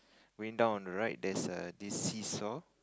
going down on the right there is a this seesaw